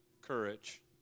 courage